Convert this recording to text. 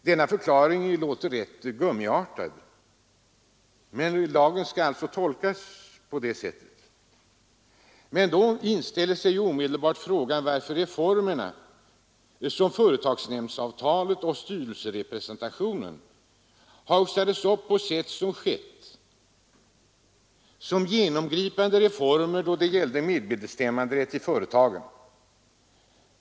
Denna förklaring låter rätt gummiartad, men lagen skall alltså tolkas på det sättet. Då inställer sig omedelbart frågan, varför företagsnämndsavtalet och styrelserepresentationen haussades upp som genomgripande reformer när det gällde medbestämmanderätt i företagen.